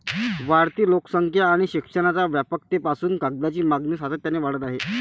वाढती लोकसंख्या आणि शिक्षणाच्या व्यापकतेपासून कागदाची मागणी सातत्याने वाढत आहे